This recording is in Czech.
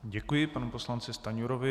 Děkuji panu poslanci Stanjurovi.